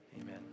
amen